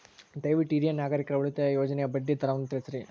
ದಯವಿಟ್ಟು ಹಿರಿಯ ನಾಗರಿಕರ ಉಳಿತಾಯ ಯೋಜನೆಯ ಬಡ್ಡಿ ದರವನ್ನು ತಿಳಿಸ್ರಿ